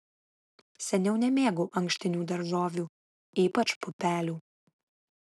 seniau nemėgau ankštinių daržovių ypač pupelių